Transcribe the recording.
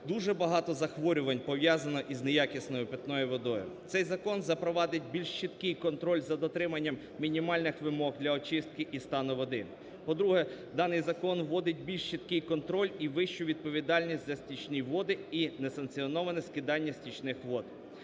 дуже багато захворювань, пов'язаних із неякісною питною водою. Цей закон запровадить більш чіткий контроль за дотриманням мінімальних вимог для очистки і стану води. По-друге, даний закон вводить більш чіткий контроль і вищу відповідальність за стічні води і несанкціоноване скидання стічних вод.